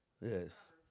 Yes